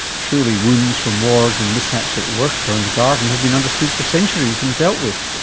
surely wounds from wars and mishaps at work or in the garden have been understood for centuries and dealt with,